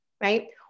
right